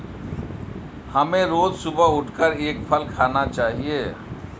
हमें रोज सुबह उठकर एक फल खाना चाहिए